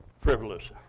frivolous